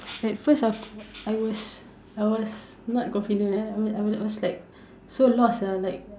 at first of I was I was not confident then I was I was like so lost sia like